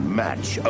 match